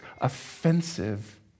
offensive